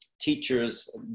teachers